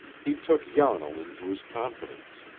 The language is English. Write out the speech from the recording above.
he took yarnall into his confidence.